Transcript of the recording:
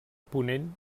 ponent